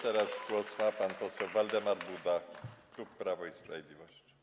Teraz głos ma pan poseł Waldemar Buda, klub Prawo i Sprawiedliwość.